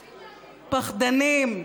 פחדנים.